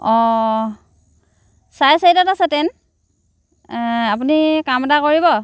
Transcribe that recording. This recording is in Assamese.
অ চাৰে চাৰিটাত আছে টেইন আপুনি কাম এটা কৰিব